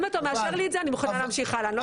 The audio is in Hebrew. אם אתה מאשר לי את זה, אני מוכנה להמשיך הלאה.